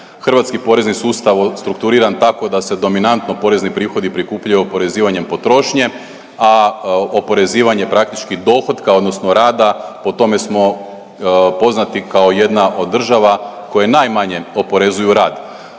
hrvatski porezni sustav strukturiran tako da se dominantno porezni prihodi prikupljaju oporezivanjem potrošnje, a oporezivanje praktički dohotka odnosno rada po tome smo poznati kao jedna od država koja najmanje oporezuju rad.